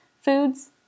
foods